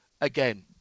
again